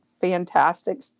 fantastic